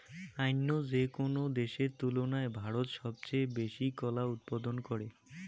অইন্য যেকোনো দেশের তুলনায় ভারত সবচেয়ে বেশি কলা উৎপাদন করে